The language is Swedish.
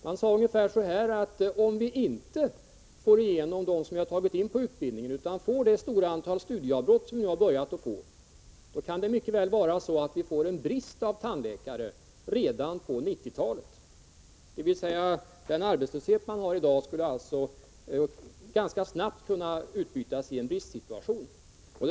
Man sade ungefär så här: Om vi inte kan godkänna dem som vi antagit till utbildning och om antalet studieavbrott fortsätter att vara lika stort, kan det mycket väl bli så, att vi får en brist på tandläkare redan på 1990-talet i stället för den arbetslöshet som i dag råder bland tandläkarna skulle det alltså ganska snart kunna bli en brist på tandläkare.